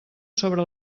sobre